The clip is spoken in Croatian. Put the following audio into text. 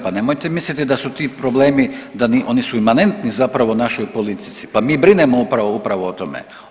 Pa nemojte misliti da su ti problemi, oni su imanentni zapravo našoj politici, pa mi brinemo upravo, upravo o tome.